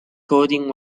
coding